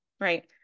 right